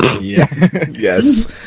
yes